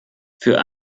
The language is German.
für